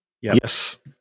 Yes